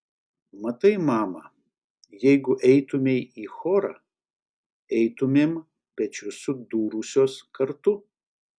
matai mama jeigu eitumei į chorą eitumėm pečius sudūrusios kartu